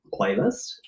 playlist